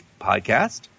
podcast